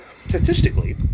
statistically